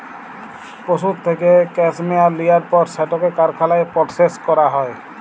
পশুর থ্যাইকে ক্যাসমেয়ার লিয়ার পর সেটকে কারখালায় পরসেস ক্যরা হ্যয়